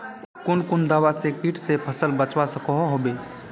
कुन कुन दवा से किट से फसल बचवा सकोहो होबे?